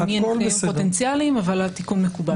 התיקון מקובל.